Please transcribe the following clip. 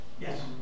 Yes